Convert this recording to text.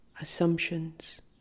assumptions